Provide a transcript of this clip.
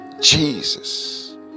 Jesus